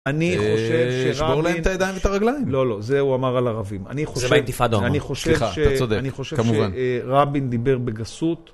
אני חושב שרבין... שבור להם את הידיים ואת הרגליים? לא, לא, זה הוא אמר על ערבים. אני חושב... זה באינתיפדה הוא אמר. אני חושב ש... סליחה, אתה צודק, כמובן. אני חושב שרבין דיבר בגסות.